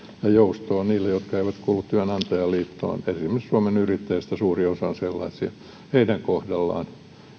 ja jousto eivät ole niille jotka eivät kuulu työnantajaliittoon esimerkiksi suomen yrittäjistä suurin osa on sellaisia heidän kohdallaan